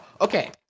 Okay